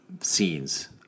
scenes